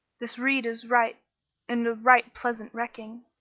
this rede is right and a right pleasant recking.